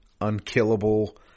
unkillable